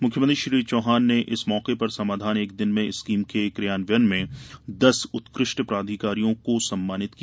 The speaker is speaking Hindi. मुख्यमंत्री श्री चौहान ने इस मौके पर समाधान एक दिन में स्कीम के क्रियान्वयन में दस उत्कृष्ट प्राधिकारियों को सम्मानित किया